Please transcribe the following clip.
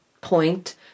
point